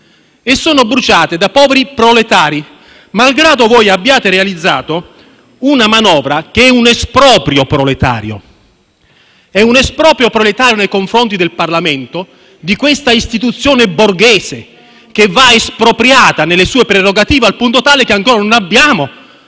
e sono bruciate da poveri proletari, malgrado voi abbiate realizzato una manovra che è un esproprio proletario. È un esproprio proletario nei confronti del Parlamento, di questa istituzione borghese che va espropriata nelle sue prerogative al punto tale che ancora non abbiamo